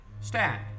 Stand